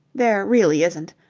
there really isn't.